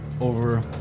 over